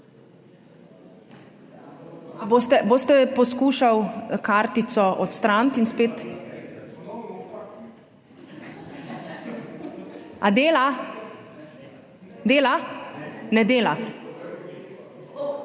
Boste poskušali kartico odstraniti in spet… A dela, dela? Ne dela.